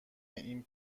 این